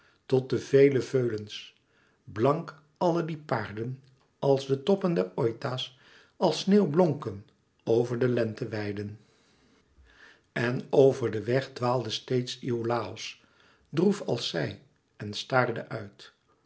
tot de vele veulens blank alle die paarden als de toppen des oita's als sneeuw blonken over de lenteweiden en over den weg dwaalde steeds iolàos droef als zij en staarde uit